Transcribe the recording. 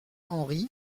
henri